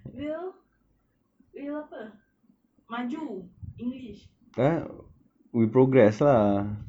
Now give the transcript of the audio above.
will will apa maju english